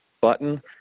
button